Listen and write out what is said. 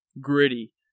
Gritty